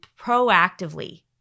proactively